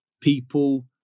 people